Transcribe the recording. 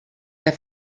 der